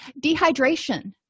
Dehydration